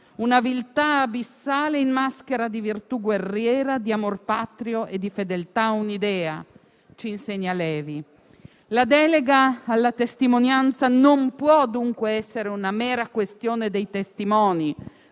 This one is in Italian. una viltà abissale, in maschera di virtù guerriera, di amor patrio e di fedeltà a un'idea». Questo il suo insegnamento. La delega alla testimonianza non può dunque essere una mera questione dei testimoni,